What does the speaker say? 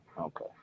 Okay